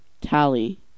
tally